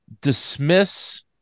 dismiss